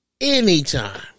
anytime